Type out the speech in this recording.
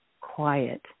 quiet